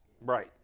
right